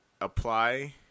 apply